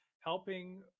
helping